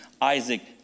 Isaac